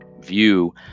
view